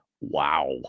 Wow